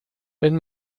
wenn